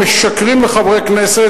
הם משקרים לחברי כנסת,